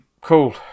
cool